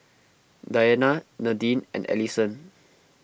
Diana Nadine and Ellison